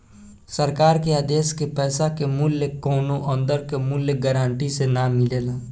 सरकार के आदेश के पैसा के मूल्य कौनो अंदर के मूल्य गारंटी से ना मिलेला